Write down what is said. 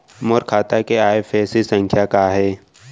मोर खाता के आई.एफ.एस.सी संख्या का हे?